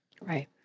Right